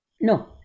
No